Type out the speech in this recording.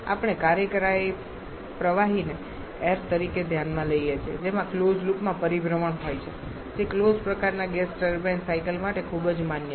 આપણે કાર્યકારી પ્રવાહીને એઈર તરીકે ધ્યાનમાં લઈએ છીએ જેમાં ક્લોઝ લૂપમાં પરિભ્રમણ હોય છે જે ક્લોઝ પ્રકારના ગેસ ટર્બાઇન સાયકલ માટે ખૂબ જ માન્ય છે